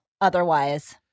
otherwise